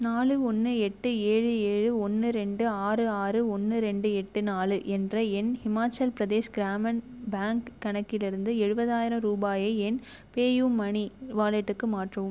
நாலு ஒன்று எட்டு ஏழு ஏழு ஒன்று ரெண்டு ஆறு ஆறு ஒன்று ரெண்டு எட்டு நாலு என்ற என் ஹிமாச்சல் பிரதேஷ் கிராமின் பேங்க் கணக்கிலிருந்து எழுபதாயிரம் ரூபாயை என் பேயூமனி வாலெட்டுக்கு மாற்றவும்